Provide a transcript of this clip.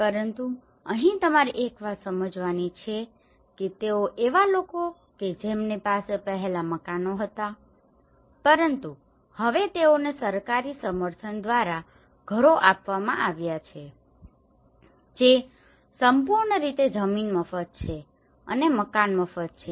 પરંતુ અહીં તમારે એક વાત સમજવાની છે કે તેઓ એવા લોકો કે જેમની પાસે પહેલા મકાનો હતા પરંતુ હવે તેઓને સરકારી સમર્થન દ્વારા ઘરો આપવામાં આવ્યા છે જે સંપૂર્ણ રીતે જમીન મફત છે અને મકાન મફત છે